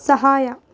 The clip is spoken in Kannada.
ಸಹಾಯ